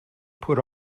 put